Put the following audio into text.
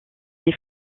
les